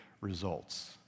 results